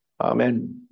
Amen